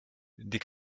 die